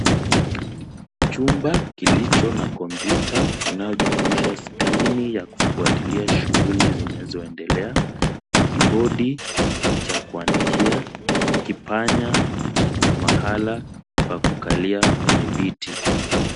Chumba kilicho na kompyuta inayojumuisha skrini ya kufuatilia shughuli zinazoendelea, kibodi cha kuandikia, kipanya na mahala pa kukalia penye viti.